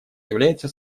является